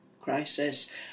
crisis